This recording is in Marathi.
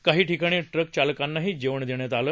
काही ठिकाणी ट्रक चालकांनाही जेवण देण्यात आलं